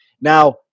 Now